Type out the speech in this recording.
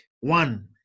One